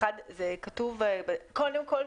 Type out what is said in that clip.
קודם כול,